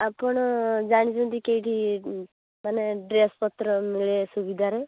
ଆପଣ ଜାଣିଛନ୍ତି କେଉଁଠି ମାନେ ଡ୍ରେସ୍ ପତ୍ର ମିଳେ ସୁବିଧାରେ